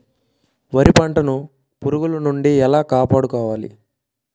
వరి పంటను పురుగుల నుండి ఎలా కాపాడుకోవాలి?